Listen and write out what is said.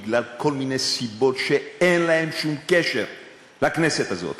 בגלל כל מיני סיבות שאין להן קשר לכנסת הזאת,